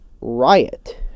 riot